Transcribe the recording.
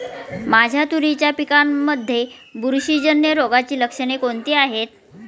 माझ्या तुरीच्या पिकामध्ये बुरशीजन्य रोगाची लक्षणे कोणती आहेत?